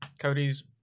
Cody's